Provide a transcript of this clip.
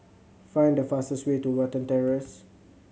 find the fastest way to Watten Terrace